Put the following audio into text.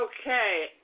Okay